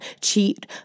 cheat